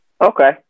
Okay